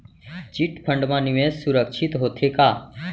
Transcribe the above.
Chit fund मा निवेश सुरक्षित होथे का?